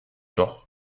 doch